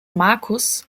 markus